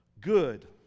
Good